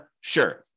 Sure